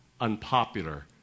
unpopular